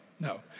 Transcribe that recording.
no